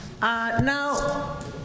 Now